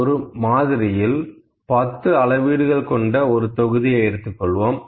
ஒரு மாதிரியில் 10 அளவீடுகள் கொண்ட ஒரு தொகுதியை எடுத்துக் கொள்வோம்